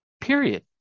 Period